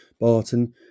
Barton